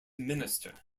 minister